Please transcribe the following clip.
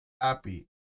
happy